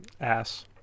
Ass